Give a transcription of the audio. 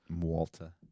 Walter